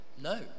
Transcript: no